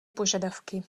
požadavky